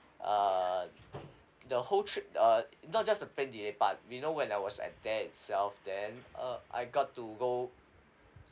uh the whole trip uh not just the plane delay but you know when I was at there itself then uh I got to go